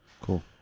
cool